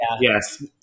yes